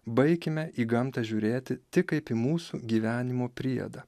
baikime į gamtą žiūrėti tik kaip į mūsų gyvenimo priedą